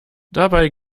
dabei